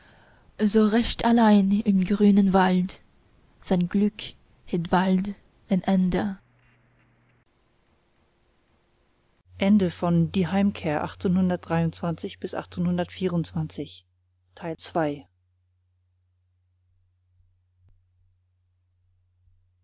so recht allein im grünen wald sein glück hätt bald ein ende